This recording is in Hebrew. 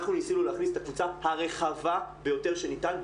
אנחנו ניסינו להכניס את הקבוצה הרחבה ביותר שניתן,